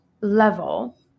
level